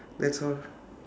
that's all